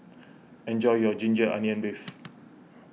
enjoy your Ginger Onions Beef